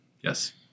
Yes